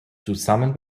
zusammen